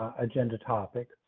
agenda topic,